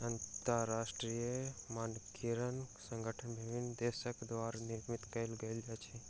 अंतरराष्ट्रीय मानकीकरण संगठन विभिन्न देसक द्वारा निर्मित कयल गेल अछि